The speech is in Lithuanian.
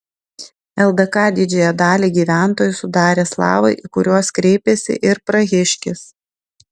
ldk didžiąją dalį gyventojų sudarė slavai į kuriuos kreipėsi ir prahiškis